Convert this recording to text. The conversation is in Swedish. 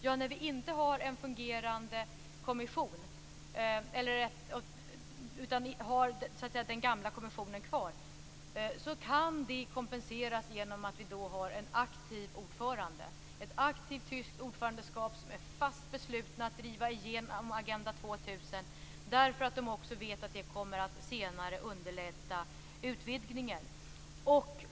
Ja, när vi inte har en fungerande kommission utan så att säga har den gamla kommissionen kvar kan det kompenseras genom att vi har en aktiv ordförande - ett aktivt tyskt ordförandeskap som är fast beslutet att driva igenom Agenda 2000 därför att man också vet att det senare kommer att underlätta utvidgningen.